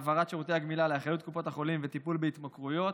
העברת שירותי הגמילה לאחריות קופות החולים וטיפול בהתמכרויות),